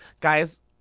guys